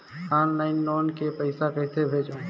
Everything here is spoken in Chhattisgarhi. ऑनलाइन लोन के पईसा कइसे भेजों?